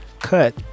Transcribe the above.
cut